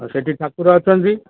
ଆଉ ସେଠି ଠାକୁର ଅଛନ୍ତି